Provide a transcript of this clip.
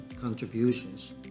contributions